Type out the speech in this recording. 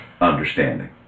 understanding